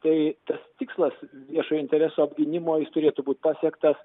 tai tas tikslas viešojo intereso apgynimo jis turėtų būt pasiektas